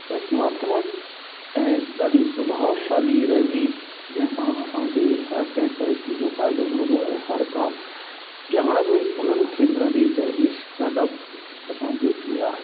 रचनात्मक ऐं ॾाढी प्रभावशाली रहंदी जंहिं सां असांखे हर कंहिं तरीक़े जो फ़ाइदो मिलंदो ऐं हर का ॼाण बि उन्हनि खे मिलंदी त हेश प्रोडक्ट असांजो कीअं आहे